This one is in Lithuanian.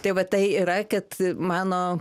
tai va tai yra kad mano